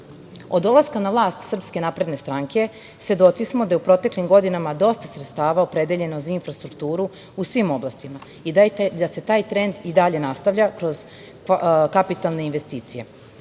dolaska na vlast SNS svedoci smo da u proteklim godinama dosta sredstava opredeljeno za infrastrukturu u svim oblastima i dajte da se taj trend i dalje nastavlja kroz kapitalne investicije. Od